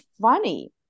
funny